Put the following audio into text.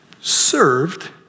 served